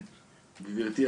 גברתי,